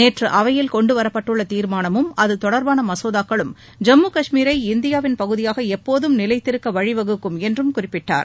நேற்று அவையில் கொண்டுவரப்பட்டுள்ள தீர்மானமும் அது தொடர்பான மசோதாக்களும் ஜம்மு கஷ்மீரை இந்தியாவின் பகுதியாக எப்போதும் நிலைத்திருக்க வழிவகுக்கும் என்றும் குறிப்பிட்டார்